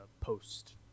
post